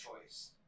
choice